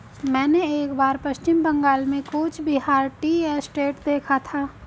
मैंने एक बार पश्चिम बंगाल में कूच बिहार टी एस्टेट देखा था